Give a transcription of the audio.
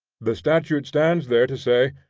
the statute stands there to say,